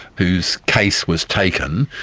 whose case was taken,